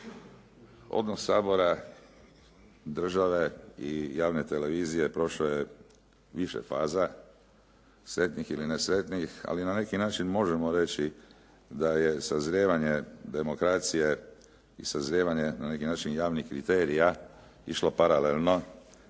Odnos Sabora, države i javne televizije prošao je više faza sretnih ili nesretnijih ali na neki način možemo reći da je sazrijevanje demokracije i sazrijevanje na neki način javnih kriterija išlo paralelno